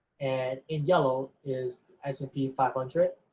and in yellow is s and p five hundred.